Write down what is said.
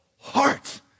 heart